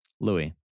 Louis